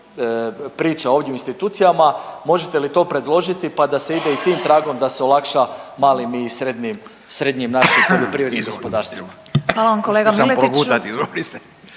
priča ovdje o institucijama, možete li to predložiti pa da se ide i tim tragom da se olakša malim i srednjim, srednjim našim poljoprivrednim gospodarstvima. **Radin, Furio